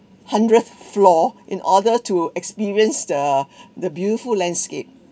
hundredth floor in order to experience the the beautiful landscape